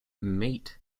mate